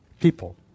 people